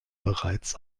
bereits